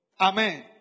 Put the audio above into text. Amen